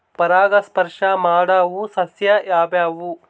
ಪರಾಗಸ್ಪರ್ಶ ಮಾಡಾವು ಸಸ್ಯ ಯಾವ್ಯಾವು?